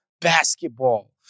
basketball